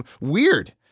Weird